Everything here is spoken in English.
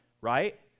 Right